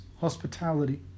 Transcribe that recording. hospitality